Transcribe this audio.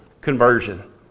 Conversion